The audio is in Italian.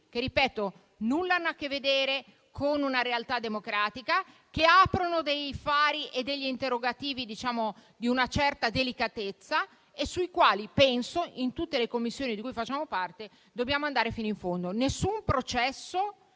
che - ripeto - nulla hanno a che vedere con una realtà democratica, che aprono dei fari e degli interrogativi di una certa delicatezza e sui quali penso, in tutte le Commissioni di cui facciamo parte, dobbiamo andare fino in fondo. Nessun processo,